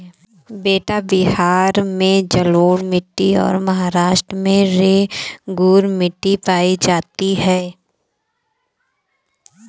बेटा बिहार में जलोढ़ मिट्टी और महाराष्ट्र में रेगूर मिट्टी पाई जाती है